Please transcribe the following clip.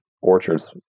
orchards